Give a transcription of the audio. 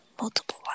multiple